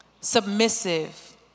submissive